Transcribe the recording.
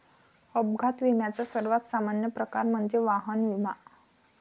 अपघात विम्याचा सर्वात सामान्य प्रकार म्हणजे वाहन विमा